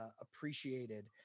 appreciated